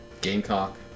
Gamecock